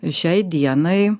šiai dienai